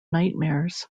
nightmares